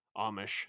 Amish